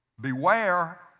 Beware